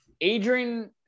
Adrian